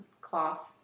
cloth